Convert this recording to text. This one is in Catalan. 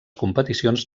competicions